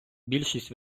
більшість